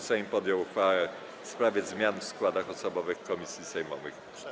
Sejm podjął uchwałę w sprawie zmian w składach osobowych komisji sejmowych.